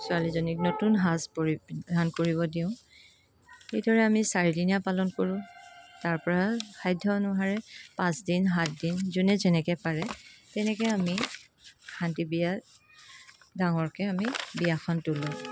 ছোৱালীজনীক নতুন সাজ পৰিধান কৰিবলৈ দিওঁ এইদৰে আমি চাৰিদিনিয়া পালন কৰোঁ তাৰ পৰা সাধ্য অনুসাৰে পাঁচদিন সাতদিন যোনে যেনেকৈ পাৰে তেনেকৈ আমি শান্তিবিয়াৰ ডাঙৰকৈ আমি বিয়াখন তুলোঁ